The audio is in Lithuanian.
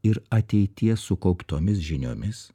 ir ateities sukauptomis žiniomis